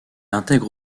intègre